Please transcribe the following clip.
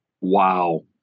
Wow